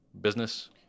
business